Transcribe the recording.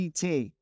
CT